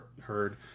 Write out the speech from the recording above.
heard